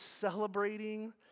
celebrating